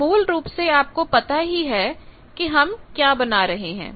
तो मूल रूप से आपको पता ही है कि हम क्या बना रहे हैं